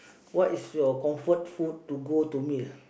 what is your comfort food to go to meal